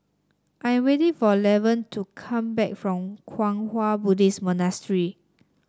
I am waiting for Lavern to come back from Kwang Hua Buddhist Monastery